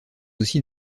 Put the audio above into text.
aussi